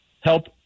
help